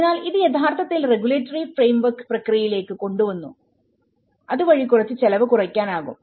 അതിനാൽ ഇത് യഥാർത്ഥത്തിൽ റെഗുലേറ്ററി ഫ്രെയിംവർക്ക് പ്രക്രിയയിലേക്ക് കൊണ്ടുവന്നു അതുവഴി കുറച്ച് ചിലവ് കുറയ്ക്കാനാകും